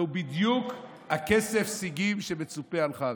זהו בדיוק הכסף סיגים שמצופה על חרש.